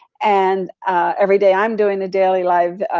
and everyday, i'm doing the daily live.